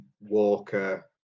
Walker